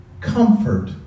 comfort